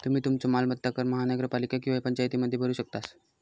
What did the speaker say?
तुम्ही तुमचो मालमत्ता कर महानगरपालिका किंवा पंचायतीमध्ये भरू शकतास